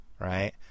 right